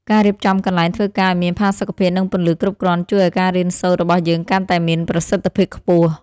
ការរៀបចំកន្លែងធ្វើការឱ្យមានផាសុកភាពនិងពន្លឺគ្រប់គ្រាន់ជួយឱ្យការរៀនសូត្ររបស់យើងកាន់តែមានប្រសិទ្ធភាពខ្ពស់។